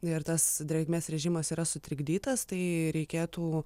ir tas drėgmės režimas yra sutrikdytas tai reikėtų